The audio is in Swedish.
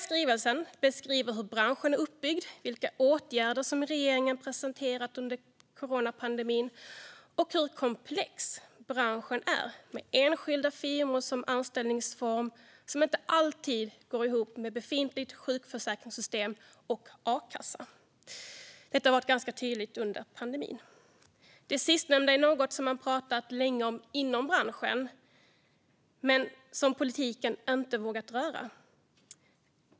Skrivelsen beskriver hur branschen är uppbyggd, vilka åtgärder som regeringen presenterat under coronapandemin och hur komplex branschen är med enskilda firmor, en anställningsform som inte alltid går ihop med befintligt sjukförsäkringssystem och a-kassa. Detta har varit ganska tydligt under pandemin. Det är också något som man pratat länge om inom branschen men som politiken inte har vågat röra.